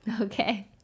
Okay